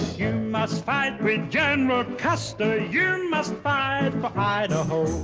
must fight with general custer. you and must fight for idaho.